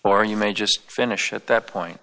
or you may just finish at that point